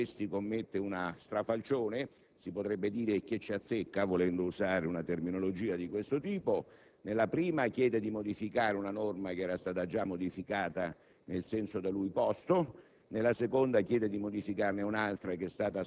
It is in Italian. chiede di intervenire su tre punti, commettendo su due di questi uno strafalcione. Si potrebbe dire «e che ci azzecca?», volendo usare una terminologia di questo tipo. Nella prima chiede di modificare una norma che era stata già modificata nel senso da lui posto;